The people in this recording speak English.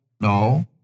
no